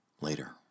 Later